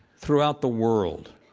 throughout the world,